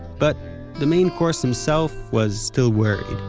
but the main course himself was still worried.